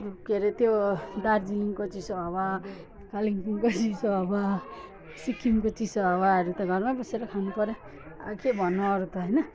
के अरे त्यो दार्जिलिङको चिसो हावा कालिम्पोङको चिसो हावा सिक्किमको चिसो हावाहरू त घरमै बसेर खानुपऱ्यो अब के भन्नु अरू त होइन